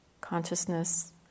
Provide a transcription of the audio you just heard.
consciousness